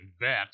bet